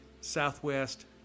Southwest